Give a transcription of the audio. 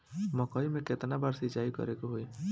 मकई में केतना बार सिंचाई करे के होई?